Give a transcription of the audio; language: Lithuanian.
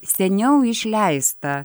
seniau išleistą